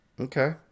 Okay